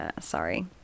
Sorry